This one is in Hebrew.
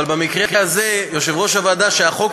אבל במקרה הזה יושב-ראש הוועדה שהחוק